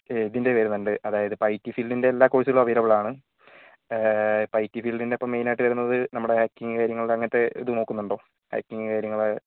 ഇതിൻ്റെ വരുന്നുണ്ട് അതായത് ഇപ്പോൾ ഐ ടി ഫീൽഡിൻ്റെ എല്ലാ കോഴ്സുകളും അവൈലബിൾ ആണ് ഇപ്പോൾ ഐ ടി ഫീൽഡിൻ്റെ ഇപ്പോൾ മെയിൻ ആയിട്ട് വരുന്നത് നമ്മുടെ ഹാക്കിങ്ങ് കാര്യങ്ങൾ അങ്ങനത്തെ ഇത് നോക്കുന്നുണ്ടോ ഹാക്കിങ്ങ് കാര്യങ്ങൾ